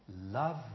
Love